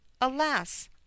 alas